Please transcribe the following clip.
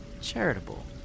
charitable